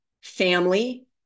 family